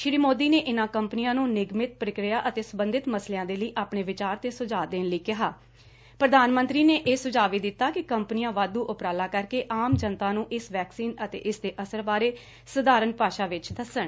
ਸ੍ਰੀ ਸੋਦੀ ਨੇ ਇਨਾਂ ਕੰਪਨੀਆਂ ਨੂੰ ਨਿਗਮਤ ਪ੍ਰਕਿਰਿਆ ਅਤੇ ਸਬੰਧਤ ਮਾਮਲਿਆਂ ਦੇ ਲਈ ਆਪਣੇ ਵਿਚਾਰ ਤੇ ਸੁਝਾਅ ਵੀ ਦਿੱਤਾ ਕਿ ਕੰਪਨੀਆਂ ਵਾਧੂ ਉਪਰਾਲਾ ਕਰਕੇ ਆਮ ਜਨਤਾ ਨੂੰ ਇਸ ਵੈਕਸੀਨ ਅਤੇ ਇਸਤੇ ਅਸਰ ਬਾਰੇ ਸਧਾਰਨ ਭਾਸ਼ਾ ਵਿਚ ਦੱਸਣ